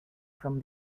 from